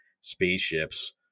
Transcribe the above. spaceships